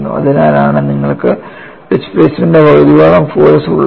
അതിനാലാണ് നിങ്ങൾക്ക് ഡിസ്പ്ലേസ്മെൻറ്ന്റെ പകുതിയോളം ഫോഴ്സ് ഉള്ളത്